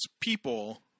people